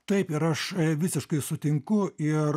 taip ir aš visiškai sutinku ir